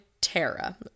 Tara